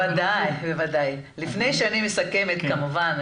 לפני שאני מסכמת כמובן,